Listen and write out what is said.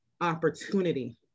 opportunity